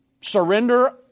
surrender